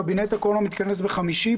קבינט הקורונה מתכנס ביום חמישי,